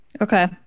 Okay